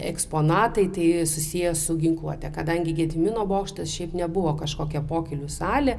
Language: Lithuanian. eksponatai tai susiję su ginkluote kadangi gedimino bokštas šiaip nebuvo kažkokia pokylių salė